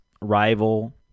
rival